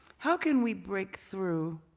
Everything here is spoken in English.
how can we break through,